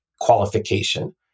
qualification